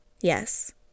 Yes